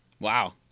Wow